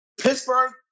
Pittsburgh